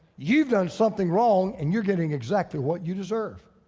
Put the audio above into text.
you've done something wrong and you're getting exactly what you deserve.